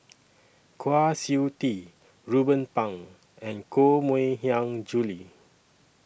Kwa Siew Tee Ruben Pang and Koh Mui Hiang Julie